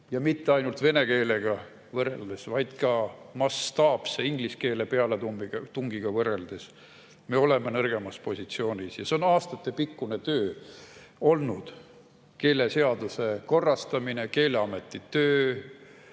Mitte ainult vene keelega võrreldes, vaid ka mastaapse inglise keele pealetungiga võrreldes me oleme nõrgemas positsioonis. Ja see on aastatepikkune töö olnud: keeleseaduse korrastamine, Keeleameti töö,